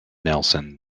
nelson